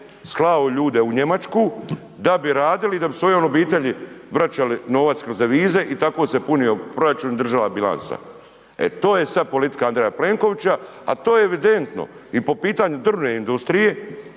slao ljude u Njemačku da bi radili i da bi svojom obitelji vraćali novac kroz devize i tako se punio proračun i državna bilanca, e to je sad politika Andreja Plenkovića, a to je evidentno i po pitanju drvne industrije,